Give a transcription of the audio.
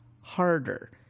harder